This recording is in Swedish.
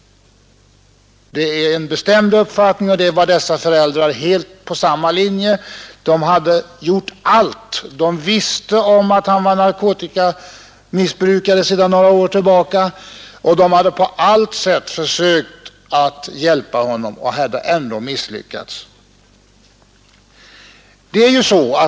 Det är min bestämda uppfattning och dessa föräldrar var helt på samma linje. De hade gjort allt. De visste om att sonen var narkotikamissbrukare sedan några år tillbaka, och de hade på olika sätt försökt hjälpa honom och hade ändå misslyckats.